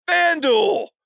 FanDuel